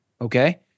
Okay